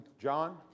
John